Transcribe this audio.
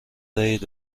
دهید